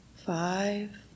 Five